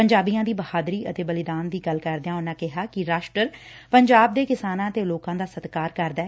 ਪੰਜਾਬੀਆਂ ਦੀ ਬਹਾਦਰੀ ਅਤੇ ਬਲੀਦਾਨ ਦੀ ਗੱਲ ਕਰਦਿਆਂ ਉਨੂਾਂ ਕਿਹਾ ਕਿ ਰਾਸ਼ਟਰ ਪੰਜਾਬ ਦੇ ਕਿਸਾਨਾਂ ਤੇ ਲੋਕਾਂ ਦਾ ਸਤਿਕਾਰ ਕਰਦੈ